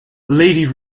lady